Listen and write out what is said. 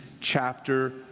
chapter